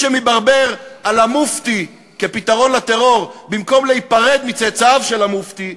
שמברבר על המופתי כפתרון לטרור במקום להיפרד מצאצאיו של המופתי,